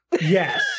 Yes